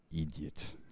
idiot